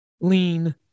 lean